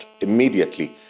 immediately